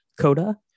Coda